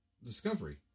Discovery